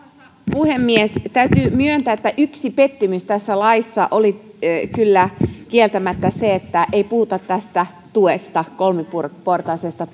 puhemies täytyy myöntää että yksi pettymys tässä laissa oli kyllä kieltämättä se että ei puhuta tästä kolmiportaisesta